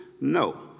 no